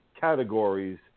categories